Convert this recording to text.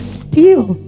steal